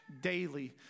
daily